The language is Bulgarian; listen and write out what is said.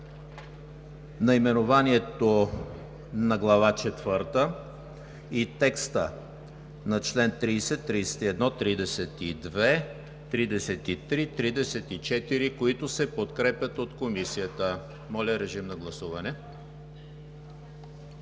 наименованието на Глава четвърта и текста на чл. 30, 31, 32, 33, 34, които се подкрепят от Комисията. Моля, гласувайте.